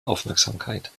aufmerksamkeit